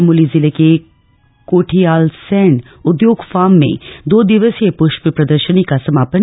चमोली जिले के कोठियालसैण उद्योग फार्म में दो दिवसीय पृष्प प्रदर्शनी का समापन